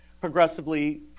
progressively